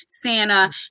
Santa